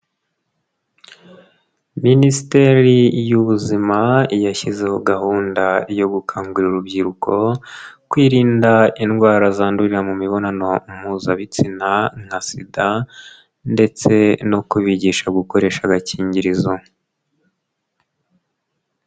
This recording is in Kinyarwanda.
Minisiteri y'ubuzima yashyizeho gahunda yo gukangurira urubyiruko kwirinda indwara zandurira mu mibonanompuzabitsina nka Sida ndetse no kubigisha gukoresha agakingirizo.